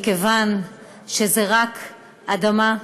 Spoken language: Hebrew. מכיוון שזה רק אדמה.